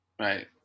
Right